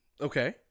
Okay